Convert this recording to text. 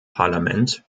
parlament